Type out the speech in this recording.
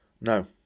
No